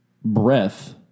breath